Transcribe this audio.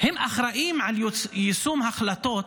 הם אחראים על יישום החלטות